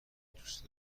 دوست